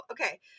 okay